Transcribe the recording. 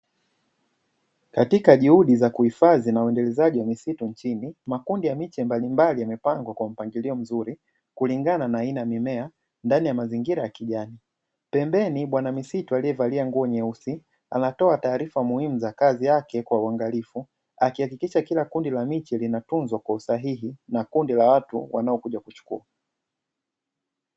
Katika juhudi za kuhifadhi wa misitu nchini makundi ya miche mbalimbali yamepangwa kwa mpangilio mzuri, kulingana na aina ya mimea ndani ya mazingira ya kijani, pembeni bwana misitu aliyevalia nguo nyeusi anatoa taarifa muhimu za kazi yake kwa uangalifu, akihakikisha kila kundi la miche linatunzwa kwa usahihi na kila kundi la watu wanokuja kuchukua.